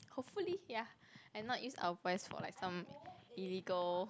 hopefully ya and not use our voice for like some illegal